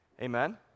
Amen